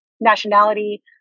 nationality